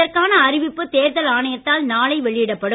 இதற்கான அறிவிப்பு தேர்தல் ஆணையத்தால் நாளை வெளியிடப்படும்